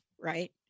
Right